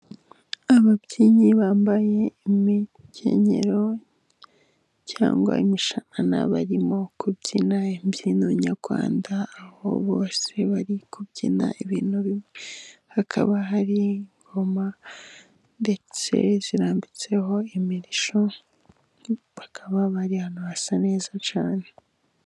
Ababyinnyi bambaye imikenyero cyangwa imishanana barimo kubyina imbyino nyarwanda, aho bose bari kubyina ibintu bimwe, hakaba hari ingoma ndetse zirambitseho imirishyo, bakaba bari ahantu hasa neza cyane.